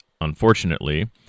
unfortunately